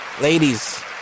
Ladies